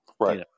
Right